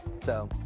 so,